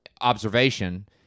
observation